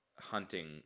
hunting